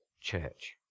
Church